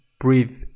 breathe